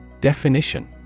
Definition